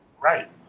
Right